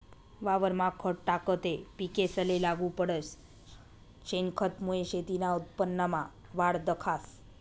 वावरमा खत टाकं ते पिकेसले लागू पडस, शेनखतमुये शेतीना उत्पन्नमा वाढ दखास